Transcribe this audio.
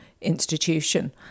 institution